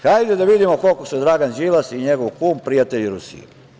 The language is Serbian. Hajde da vidimo koliko su Dragan Đilas i njegov kum prijatelji Rusije.